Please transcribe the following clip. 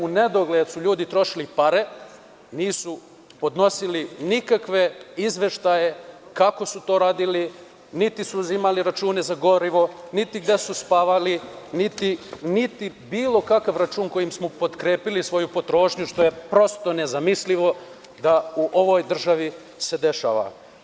U nedogled su ljudi trošili pare, nisu podnosili nikakve izveštaje kako su to radili, niti su uzimali račune za gorivo, niti gde su spavali, niti bilo kakav račun kojim bi potkrepili svoju potrošnju, što je prosto nezamislivo da u ovoj državi se dešava.